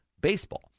baseball